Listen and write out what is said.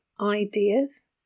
ideas